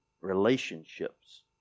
relationships